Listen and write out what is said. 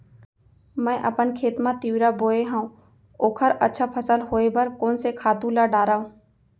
मैं अपन खेत मा तिंवरा बोये हव ओखर अच्छा फसल होये बर कोन से खातू ला डारव?